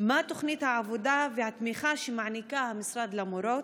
3. מהי תוכנית העבודה והתמיכה שמעניק המשרד למורות?